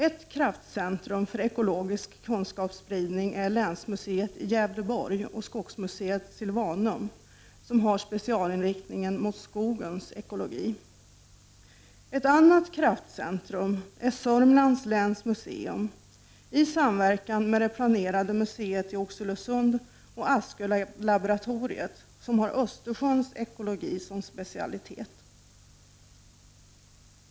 Ett kraftcentrum för ekologisk kunskapsspridning är länsmuseet i Gävleborg och skogsmuseet Silvanum, som har specialinriktningen mot skogens ekologi. Ett annat kraftcentrum är Södermanlands läns museum i samverkan med det planerade museet i Oxelösund och Askölaboratoriet, som har Östersjöns ekologi som specialitet.